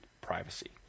privacy